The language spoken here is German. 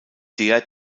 der